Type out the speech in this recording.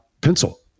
pencil